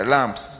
Lamps